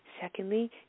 Secondly